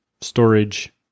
storage